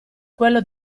quello